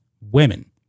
women